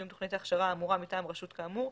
תוכנית ההכשרה האמורה מטעם רשות כאמור,